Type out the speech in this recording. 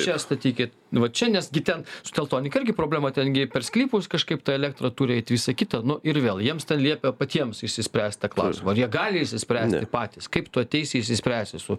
čia statykit nu va čia nes gi ten su teltonika irgi problema ten gi per sklypus kažkaip ta elektra turi eiti visa kita nu ir vėl jiems liepia patiems išsispręst tą klausimai ar jie gali išsispręsti patys kaip tu ateisi išsispręsi su